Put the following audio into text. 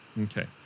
Okay